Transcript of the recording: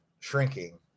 shrinking